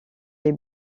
les